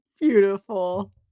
Beautiful